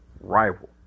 rival